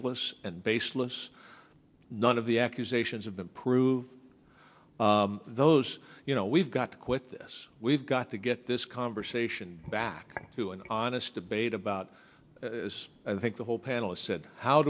fact lists and baseless none of the accusations have been proved those you know we've got to quit this we've got to get this conversation back to an honest debate about this i think the whole panel said how